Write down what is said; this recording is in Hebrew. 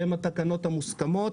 שהן התקנות המוסכמות.